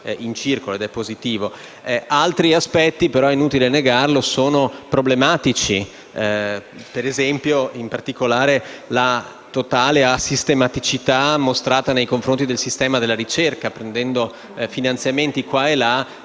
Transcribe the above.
Altri aspetti - è inutile negarlo - sono problematici. Penso, in particolare, alla totale asistematicità mostrata nei confronti del sistema della ricerca, prendendo finanziamenti qua e là,